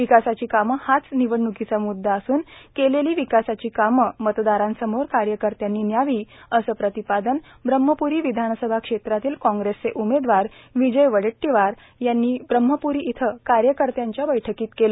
विकासाची कामं हाच निवडणूकीचा म्ददा असून केलेली विकासाची कामं मतदारासमोर कार्यकर्तांनी न्यावं असं प्रतिपादन ब्रम्हप्री विधानसभा क्षेत्रातील काँग्रेसचे उमेदवार विजय वडेटटीवार यांनी ब्रम्हपूरी इथं कार्यकर्तांच्या बैठकीत केले